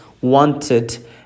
wanted